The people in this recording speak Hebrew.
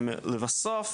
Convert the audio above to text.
לבסוף,